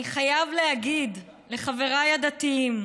"אני חייב להגיד לחבריי הדתיים,